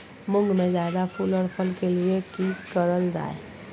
मुंग में जायदा फूल और फल के लिए की करल जाय?